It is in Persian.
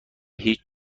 هیچ